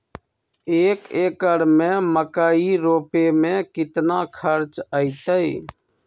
एक एकर में मकई रोपे में कितना खर्च अतै?